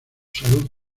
salud